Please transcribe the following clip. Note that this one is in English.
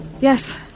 Yes